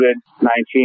COVID-19